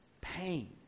pain